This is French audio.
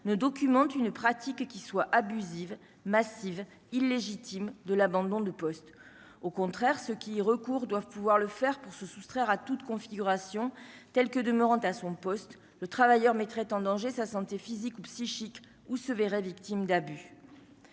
ne document, une pratique qui soit abusive massive illégitime de l'abandon de poste au contraire ceux qui recourent doivent pouvoir le faire pour se soustraire à toute configuration tels que de me à son poste, le travailleur mettrait en danger sa santé physique ou psychique ou se verrait victime d'abus,